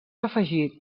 afegit